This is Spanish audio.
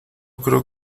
creo